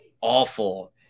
awful